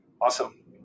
Awesome